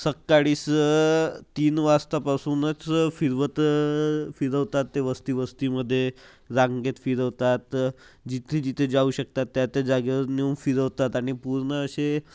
सकाळी स तीन वाजतापासूनच फिरवत फिरवतात ते वस्ती वस्तीमध्ये रांगेत फिरवतात जिथे जिथे जाऊ शकतात त्या त्या जागेवर नेऊन फिरवतात आणि पूर्ण असे